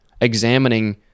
examining